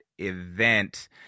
event